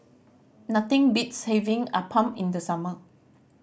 nothing beats having appam in the summer